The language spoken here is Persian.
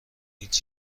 هیچ